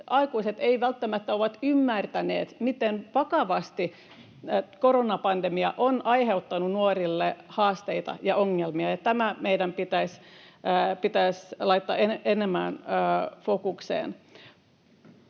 aikuiset emme välttämättä ole ymmärtäneet, miten vakavasti koronapandemia on aiheuttanut nuorille haasteita ja ongelmia, ja tämä meidän pitäisi laittaa enemmän fokukseen.